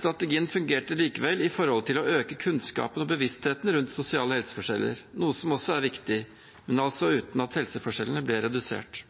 Strategien fungerte likevel med hensyn til å øke kunnskapen og bevisstheten rundt sosiale helseforskjeller, noe som også er viktig, men altså uten at helseforskjellene ble redusert.